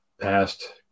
past